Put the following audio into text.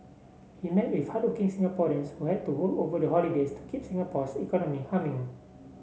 he met with hardworking Singaporeans who had to work over the holidays to keep Singapore's economy humming